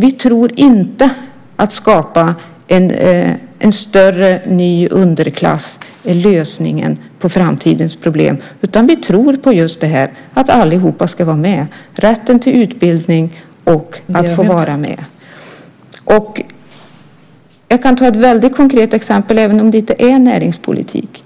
Vi tror inte att lösningen på framtidens problem är att skapa en ny och större underklass. Vi tror på att alla ska vara med. Vi tror på rätten till utbildning och att få vara med. Jag kan ta ett väldigt konkret exempel, även om det inte är näringspolitik.